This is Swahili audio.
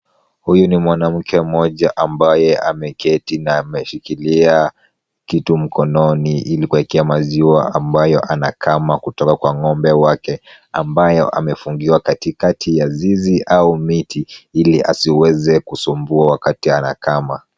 Huyu ni mwanamke mmoja ambaye ameketi na ameshikilia kitu mkononi ili kuekea maziwa ambayo anakama kutoka kwa ng'ombe wake ambayo amefungiwa katikati ya zizi au miti ili asiweze kusumbua wakati anakama.